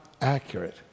accurate